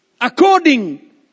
according